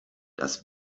das